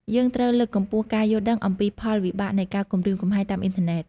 យើងត្រូវលើកកម្ពស់ការយល់ដឹងអំពីផលវិបាកនៃការគំរាមកំហែងតាមអ៊ីនធឺណិត។